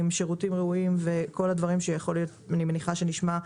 עם שירותים ראויים וכל הדברים שאני מניחה שנשמע כאן,